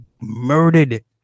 murdered